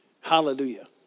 Hallelujah